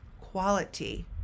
quality